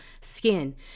skin